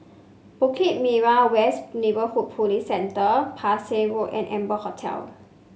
Bukit Merah West Neighbourhood Police Centre Parsi Road and Amber Hotel